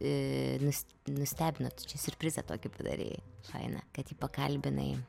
ir vis nustebina siurprizą tokį padarei faina kad jį pakalbinai